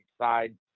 side